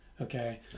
okay